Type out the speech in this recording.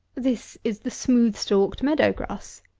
this is the smooth-stalked meadow-grass.